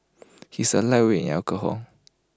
he is A lightweight in alcohol